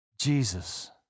Jesus